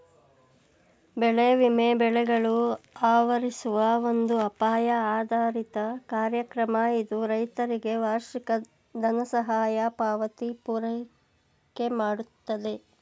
ಬೆಳೆ ವಿಮೆ ಬೆಳೆಗಳು ಆವರಿಸುವ ಒಂದು ಅಪಾಯ ಆಧಾರಿತ ಕಾರ್ಯಕ್ರಮ ಇದು ರೈತರಿಗೆ ವಾರ್ಷಿಕ ದನಸಹಾಯ ಪಾವತಿ ಪೂರೈಕೆಮಾಡ್ತದೆ